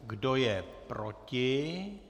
Kdo je proti?